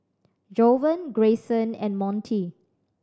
Jovan Grayson and Montie